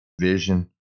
vision